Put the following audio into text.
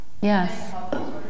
Yes